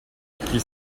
qu’il